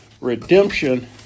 redemption